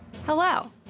Hello